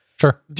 Sure